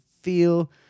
feel